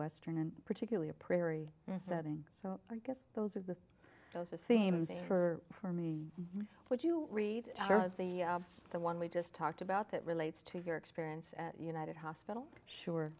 western and particularly a prairie setting so i guess those are the same as for for me what you read the one we just talked about that relates to your experience at united hospital sure